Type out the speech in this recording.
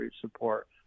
support